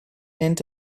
and